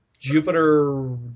Jupiter